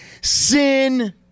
Sin